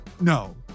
no